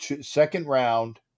Second-round